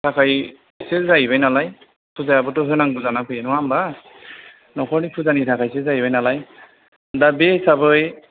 थाखायसो जाहैबाय नालाय फुजायाबोथ' होनांगौ जानानै फैयो नङा होनबा नखरनि फुजानि थाखायसो जाहैबाय नालाय दा बे हिसाबै